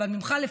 אבל ממך לפחות,